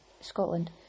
Scotland